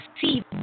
see